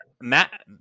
Matt